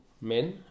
men